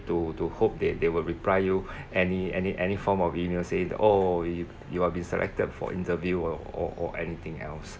to to hope that they would reply you any any any form of email say the oh if you are being selected for interview or or or anything else